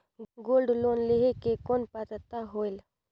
Gold loan लेहे के कौन पात्रता होएल?